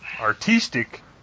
Artistic